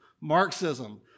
Marxism